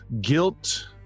guilt